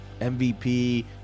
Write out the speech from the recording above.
MVP